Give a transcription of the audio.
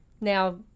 Now